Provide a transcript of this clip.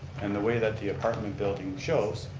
and the way that the apartment building shows,